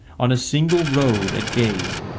on a single road at gaze,